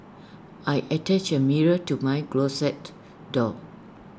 I attached A mirror to my closet door